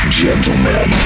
gentlemen